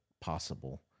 possible